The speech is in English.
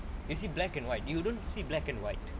you see black and white you don't see black and white